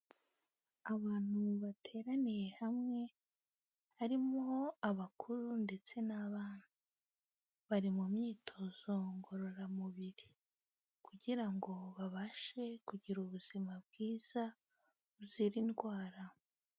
Abantu bateraniye hamwe, harimo abakuru ndetse n'abana bari mu myitozo ngororamubiri kugira ngo babashe kugira ubuzima bwiza buzira indwara.